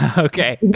ah okay. yeah